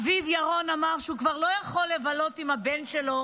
אביו ירון אמר שהוא כבר לא יכול לבלות עם הבן שלו